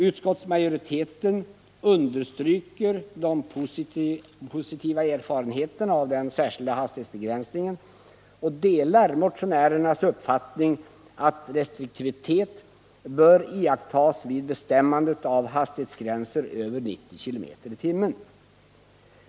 Utskottsmajoriteten understryker de positiva erfarenheterna av den särskilda hastighetsbegränsningen och delar motionärernas uppfattning att restriktivitet bör iakttas vid bestämmandet av hastighetsgränser över 90 km/tim.